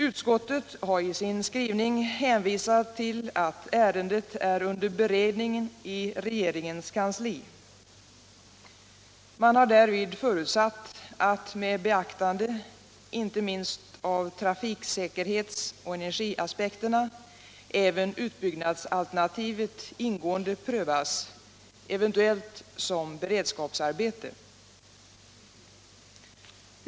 Utskottet har i sin skrivning hänvisat till att ärendet är under beredning i regeringens kansli. Man har därvid förutsatt att med beaktande inte minst av trafiksäkerhets och energiaspekterna även utbyggnadsalternativet ingående prövas, eventuellt som beredskapsarbete.